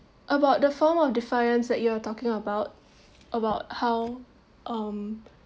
about the form of defiance that you are talking about about how um